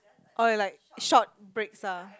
orh you like short breaks ah